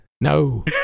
No